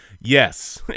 yes